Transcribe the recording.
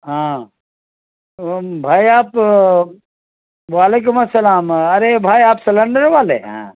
ہاں بھائی آپ کو و علیکم السلام ارے بھائی آپ سلینڈر والے ہیں